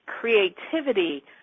creativity